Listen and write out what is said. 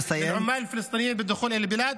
נא לסיים.